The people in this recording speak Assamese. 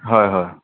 হয় হয়